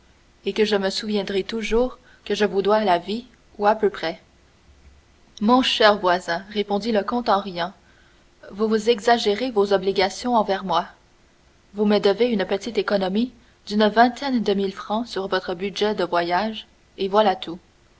et que je me souviendrai toujours que je vous dois la vie ou à peu près mon cher voisin répondit le comte en riant vous vous exagérez vos obligations envers moi vous me devez une petite économie d'une vingtaine de mille francs sur votre budget de voyage et voilà tout